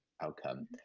outcome